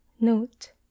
NOTE